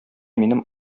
минем